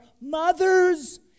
mothers